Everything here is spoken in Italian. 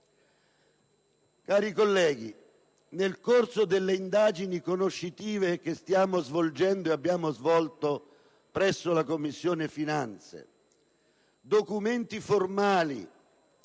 Cari colleghi, nel corso delle indagini conoscitive svolte ed in corso presso la Commissione finanze, documenti formali